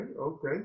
okay